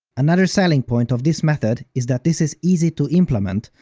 another selling point of this method is that this is easy to implement,